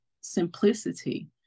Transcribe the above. simplicity